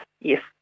Yes